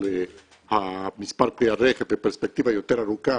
על מספר כלי הרכב בפרספקטיבה יותר ארוכה,